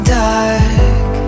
dark